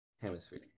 Hemisphere